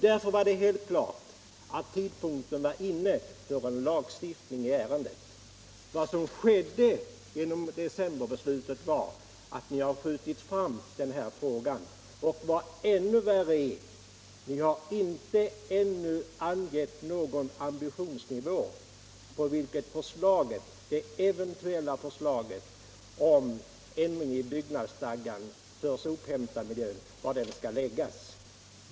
Därför var det helt klart att tidpunkten var inne för lagstiftning i ärendet. Vad som skedde genom decemberbeslutet var att ni sköt fram den här frågan och vad ännu värre är: Ni har ännu inte angett någon ambitionsnivå vad gäller det eventuella förslaget om ändring i byggnadsstadgan avseende sophämtarnas arbetsmiljö.